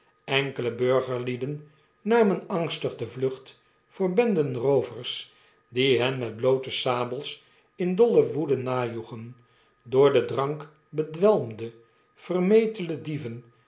losgelatene duivels enkeleburgerliedennamen angstig de vlucht voor benden roovers die hen met bloote sabels in dolle woede najoegen door den drank bedwelmde vermetele dieven